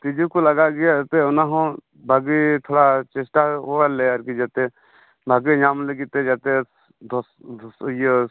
ᱛᱤᱡᱩ ᱠᱚ ᱞᱟᱜᱟᱜ ᱜᱮᱭᱟ ᱮᱱᱛᱮᱫ ᱚᱱᱟᱦᱚᱸ ᱵᱷᱟᱹᱜᱤ ᱛᱷᱚᱲᱟ ᱪᱮᱥᱴᱟᱭᱟᱞᱮ ᱟᱨᱠᱤ ᱡᱟᱛᱮ ᱵᱷᱟᱜᱮ ᱧᱟᱢ ᱞᱟᱹᱜᱤᱫᱛᱮ ᱡᱟᱛᱮ ᱤᱭᱟᱹ